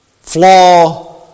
flaw